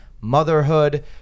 motherhood